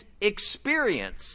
experience